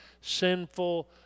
sinful